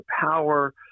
power